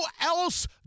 else